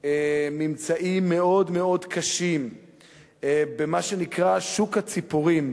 ממצאים מאוד מאוד קשים במה שנקרא "שוק הציפורים"